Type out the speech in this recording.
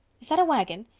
is that a wagon?